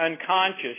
unconscious